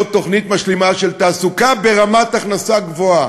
תוכנית משלימה של תעסוקה ברמת הכנסה גבוהה.